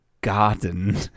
garden